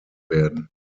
werden